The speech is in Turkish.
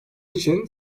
için